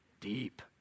deep